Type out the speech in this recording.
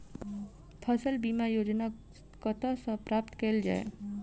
फसल बीमा योजना कतह सऽ प्राप्त कैल जाए?